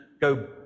go